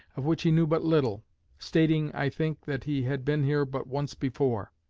of which he knew but little stating, i think, that he had been here but once before.